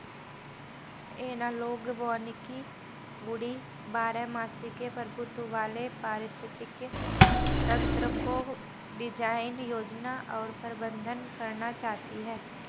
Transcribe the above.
analogue वानिकी woody बारहमासी के प्रभुत्व वाले पारिस्थितिक तंत्रको डिजाइन, योजना और प्रबंधन करना चाहती है